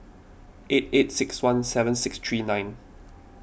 eight eight six one seven six three nine